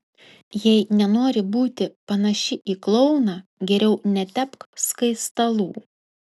jei nenori būti panaši į klouną geriau netepk skaistalų